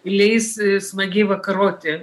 leis smagiai vakaroti